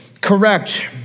Correct